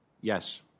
Yes